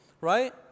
Right